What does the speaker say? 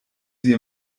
sie